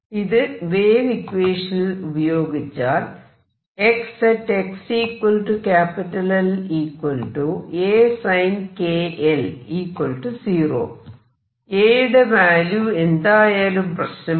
ഇത് വേവ് ഇക്വേഷനിൽ പ്രയോഗിച്ചാൽ A യുടെ വാല്യൂ എന്തായാലും പ്രശ്നമില്ല